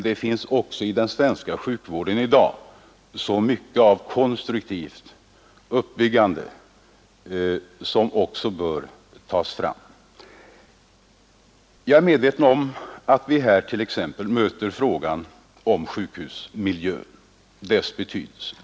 Det finns också i den svenska sjukvården i dag så mycket av konstruktivt handlande, av uppbyggande verksamhet, som också bör tas fram. Vi möter t.ex. frågan om sjukhusmiljön och dess betydelse.